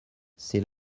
c’est